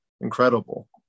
incredible